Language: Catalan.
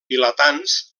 vilatans